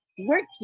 working